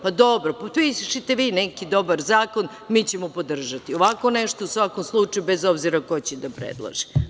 Pa dobro, potpišite vi neki dobar zakon, mi ćemo podržati ovako nešto, u svakom slučaju, bez obzira ko će da predloži.